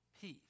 peace